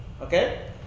okay